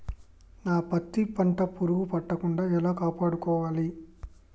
నా పత్తి పంట పురుగు పట్టకుండా ఎలా కాపాడుకోవాలి?